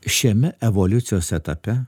šiame evoliucijos etape